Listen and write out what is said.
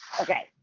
okay